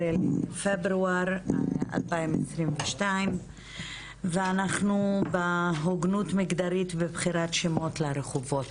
היום ה- 14 לפברואר 2022. ואנחנו בהוגנות מגדרית בבחירת שמות לרחובות.